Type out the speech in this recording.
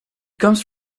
comes